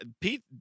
Pete